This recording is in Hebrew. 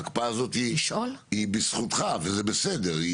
ההקפאה הזאת היא בזכותך וזה בסדר,